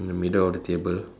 in the middle of the table